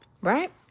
right